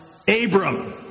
Abram